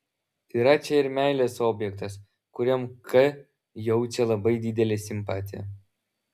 yra čia ir meilės objektas kuriam k jaučia labai didelę simpatiją